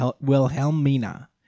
Wilhelmina